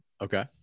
Okay